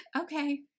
okay